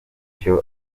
icyo